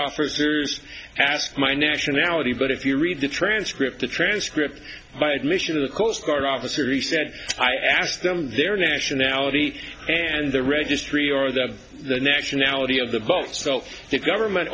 officers ask my nationality but if you read the transcript the transcript by admission of the coast guard officer he said i asked them their nationality and the registry or the nationality of the boat so that government